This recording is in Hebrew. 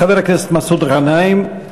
חבר הכנסת מסעוד גנאים, ואחריו,